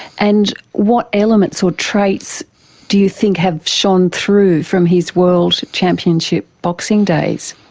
and what elements or traits do you think have shone through from his world championship boxing days?